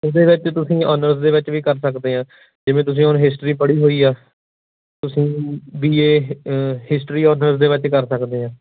ਉਸਦੇ ਵਿੱਚ ਤੁਸੀਂ ਓਨਰਸ ਦੇ ਵਿੱਚ ਵੀ ਕਰ ਸਕਦੇ ਹਾਂ ਜਿਵੇਂ ਤੁਸੀਂ ਹੁਣ ਹਿਸਟਰੀ ਪੜ੍ਹੀ ਹੋਈ ਆ ਤੁਸੀਂ ਬੀ ਏ ਹਿਸਟਰੀ ਓਨਰਸ ਦੇ ਵਿੱਚ ਕਰ ਸਕਦੇ ਹਾਂ